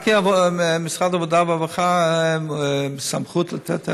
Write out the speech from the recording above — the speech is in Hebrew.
רק למשרד העבודה והרווחה יש סמכות לתת,